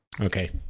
Okay